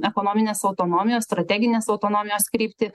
ekonominės autonomijos strateginės autonomijos kryptį